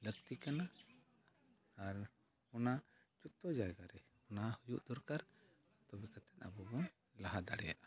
ᱞᱟᱹᱠᱛᱤ ᱠᱟᱱᱟ ᱟᱨ ᱚᱱᱟ ᱡᱚᱛᱚ ᱡᱟᱭᱜᱟᱨᱮ ᱚᱱᱟ ᱦᱩᱭᱩᱜ ᱫᱚᱨᱠᱟᱨ ᱛᱚᱵᱮ ᱠᱟᱛᱮᱫ ᱟᱵᱚᱵᱚᱱ ᱞᱟᱦᱟ ᱫᱟᱲᱮᱭᱟᱜᱼᱟ